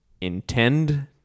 intend